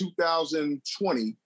2020